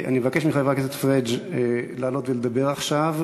אני מבקש מחבר הכנסת פריג' לעלות ולדבר עכשיו,